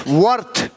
worth